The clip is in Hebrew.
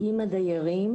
עם הדיירים,